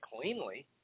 cleanly